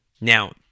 Now